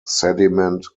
sediment